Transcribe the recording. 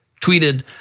tweeted